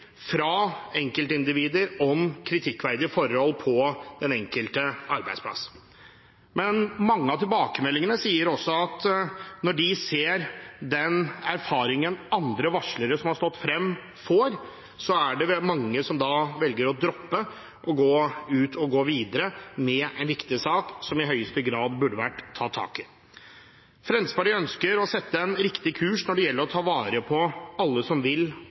fra enkeltindivider om kritikkverdige forhold på den enkelte arbeidsplass. Men mange av tilbakemeldingene sier også at når en ser den erfaringen andre varslere som har stått frem, gjør seg, er det mange som velger å droppe å gå ut og gå videre med en viktig sak, som i høyeste grad burde vært tatt tak i. Fremskrittspartiet ønsker å sette en riktig kurs når det gjelder å ta vare på alle som vil